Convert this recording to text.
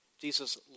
Jesus